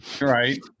right